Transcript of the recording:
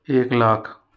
एक लाख